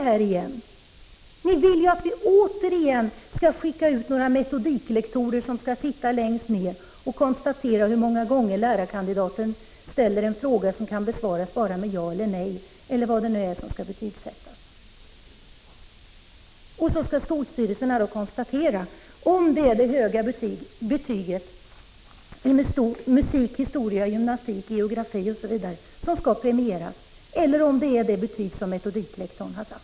Men ni vill ju att vi återigen skall ha metodiklektorer som sitter längst bak i klassrummet och kontrollerar hur många gånger lärarkandidaten ställer en fråga som kan besvaras bara med ja eller nej, eller vad det nu är som skall betygsättas. Sedan skall skolstyrelserna konstatera om det är det höga betyget i musik, historia, gymnastik, geografi osv. som skall premieras eller om det är det betyg som metodiklektorn har satt.